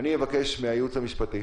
אני אבקש מהייעוץ המשפטי